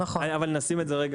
אבל אני שם את זה רגע